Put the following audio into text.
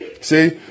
See